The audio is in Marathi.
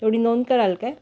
एवढी नोंद कराल काय